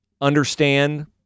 understand